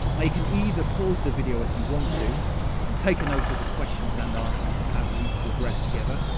like you can either pause the video if you want to and take note of the questions and answers as we progress together,